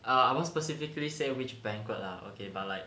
ah I wouldn't specifically say which banquet lah okay but like